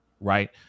right